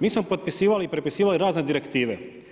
mi smo potpisivali i prepisivali razne direktive.